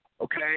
okay